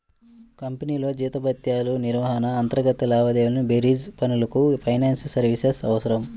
కంపెనీల్లో జీతభత్యాల నిర్వహణ, అంతర్గత లావాదేవీల బేరీజు పనులకు ఫైనాన్షియల్ సర్వీసెస్ అవసరం